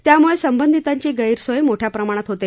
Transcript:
त्यामुळे संबंधितांची गैरसोय मोठ्या प्रमाणात होते